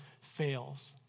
fails